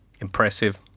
impressive